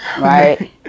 Right